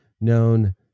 known